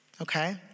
Okay